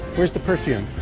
where's the perfume?